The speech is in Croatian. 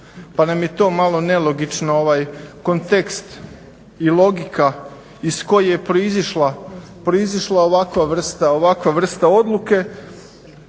pa nam je to malo nelogično kontekst i logika iz koje je proizašla ovakva vrsta odluke.